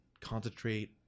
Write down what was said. concentrate